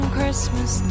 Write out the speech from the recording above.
Christmas